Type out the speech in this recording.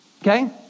Okay